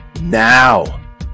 Now